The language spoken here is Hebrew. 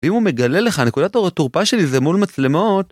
ואם הוא מגלה לך נקודת התורפה שלי זה מול מצלמות